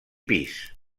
pis